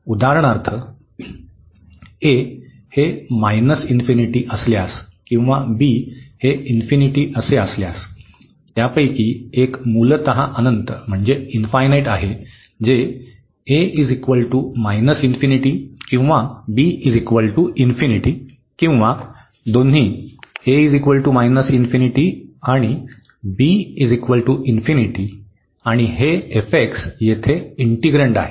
उदाहरणार्थ a हे ∞ असल्यास आणि किंवा b हे असे असल्यास त्यापैकी एक मूलत अनंत म्हणजे इन्फायनाईट आहे जे a ∞ किंवा b ∞ किंवा दोन्ही a ∞ आणि b ∞ आणि हे येथे इंटींग्रंड आहे